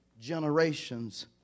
generations